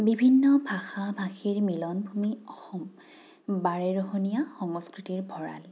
বিভিন্ন ভাষা ভাষীৰ মিলনভূমি অসম বাৰেৰহনীয়া সংস্কৃতিৰ ভঁৰাল